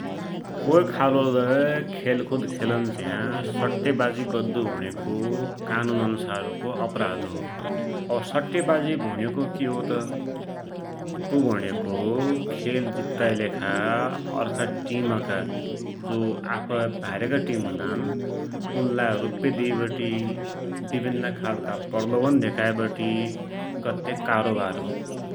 कोइ खालो लै खेलकुद खेलुन्ज्या सट्टेवाजी गर्दु भुणेको कानुन अन्सारको अपराध हो । सट्टेवाजी भुणेको कि हो त, तु भुणेको खेल जित्ताकी लेखा अर्खा टिमका जो आफ है भाइरका टिम हुनान् उनलाई रुप्या दिइवटि, विभिन्न खालका प्रलोभन धेकाइवटी गद्या कारोवार हो ।